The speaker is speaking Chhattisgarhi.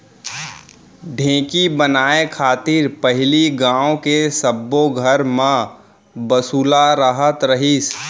ढेंकी बनाय खातिर पहिली गॉंव के सब्बो घर म बसुला रहत रहिस